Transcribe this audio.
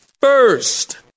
first